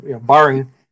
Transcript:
barring